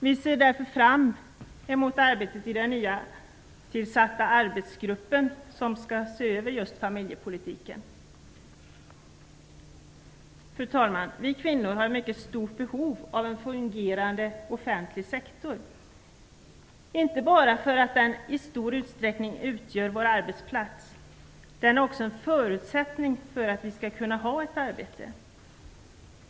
Vi ser därför fram emot arbetet i den nytillsatta arbetsgruppen som skall se över just familjepolitiken. Fru talman! Vi kvinnor har mycket stort behov av en fungerande offentlig sektor, inte bara för att den i stor utsträckning utgör vår arbetsplats. Den är också en förutsättning för att vi skall kunna ha ett arbete.